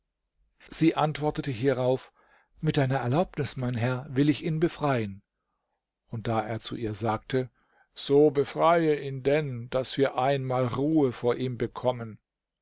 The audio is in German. sie antwortete hierauf mit deiner erlaubnis mein herr will ich ihn befreien und da er zu ihr sagte so befreie ihn denn daß wir einmal ruhe vor ihm bekommen